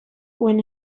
when